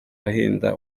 ahinda